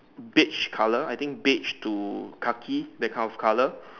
beige color I think beige to khaki that kind of color